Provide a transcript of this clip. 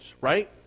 right